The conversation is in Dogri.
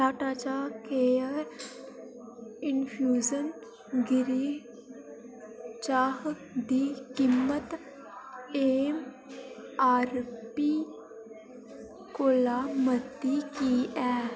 टाटा चाह् केयर इन्फ्यूज़न ग्रे चाह् दी कीमत ऐम्मआरपी कोला मती की ऐ